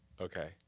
Okay